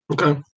Okay